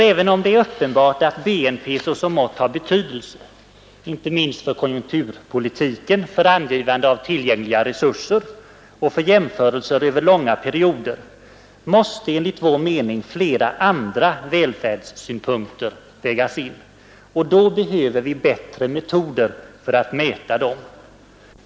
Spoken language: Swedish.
Även om det är uppenbart att BNP såsom mått har betydelse — inte minst för konjunkturpolitiken, för angivande av tillgängliga resurser och för jämförelser över långa perioder — måste därför enligt motionärernas mening flera andra välfärdssynpunkter vägas in, och då behöver vi bättre metoder för att mäta dessa.